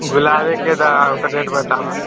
गुलाबे के तऽ रेट बताबऽ